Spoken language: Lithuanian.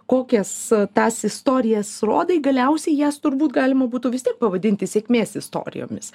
kokias tas istorijas rodai galiausiai jas turbūt galima būtų vis tiek pavadinti sėkmės istorijomis